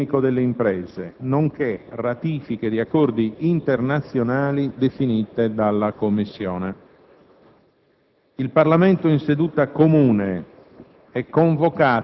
e di sportello unico delle imprese, nonché ratifiche di accordi internazionali definite dalla Commissione. Il Parlamento in seduta comune